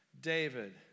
David